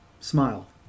smile